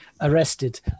arrested